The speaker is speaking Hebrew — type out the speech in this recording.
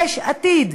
יש עתיד,